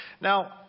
Now